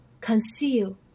Conceal